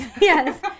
Yes